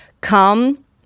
Come